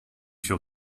feel